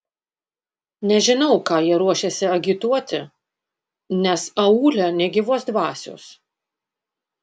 nežinau ką jie ruošiasi agituoti nes aūle nė gyvos dvasios